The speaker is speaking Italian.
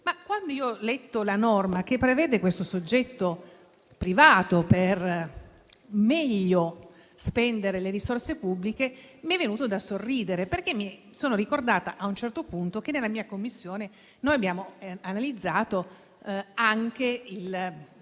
Quando ho letto la norma che prevede un soggetto privato per meglio spendere le risorse pubbliche mi è venuto da sorridere, perché mi sono ricordata a un certo punto che nella mia Commissione abbiamo analizzato anche il